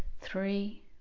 three